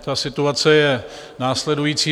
Ta situace je následující.